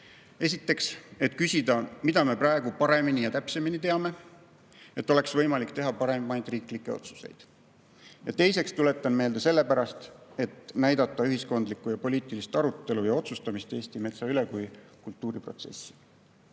selleks, et küsida, mida me praegu paremini ja täpsemini teame, et oleks võimalik teha paremaid riiklikke otsuseid. Teiseks tuletan seda meelde sellepärast, et näidata ühiskondlikku ja poliitilist arutelu ja otsustamist Eesti metsa üle kui kultuuriprotsessi.